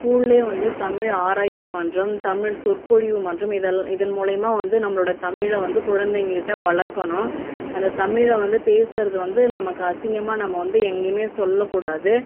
ஸ்கூல்லே வந்து தமிழ் ஆராய்ச்சி மன்றம் தமிழ் சொற்பொழிவு மன்றம் இதெல் இதன் மூலிமா வந்து நம்மளோடய தமிழை வந்து குழந்தைங்கள்கிட்ட வளர்க்கணும் அந்த தமிழை வந்து பேசுகிறது வந்து நமக்கு அசிங்கமாக நம்ம வந்து எங்கேயுமே சொல்லக்கூடாது